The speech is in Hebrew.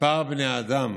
מספר בני האדם